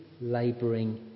labouring